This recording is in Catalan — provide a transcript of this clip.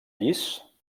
llis